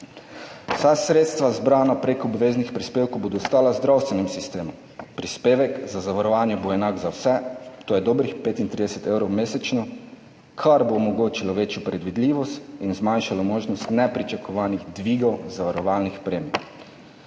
Vsa sredstva, zbrana prek obveznih prispevkov, bodo ostala v zdravstvenem sistemu, prispevek za zavarovanje bo enak za vse, to je dobrih 35 evrov mesečno, kar bo omogočilo večjo predvidljivost in zmanjšalo možnost nepričakovanih dvigov zavarovalnih premij.